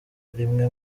rimwe